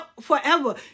forever